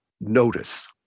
notice